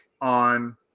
on